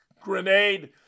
grenade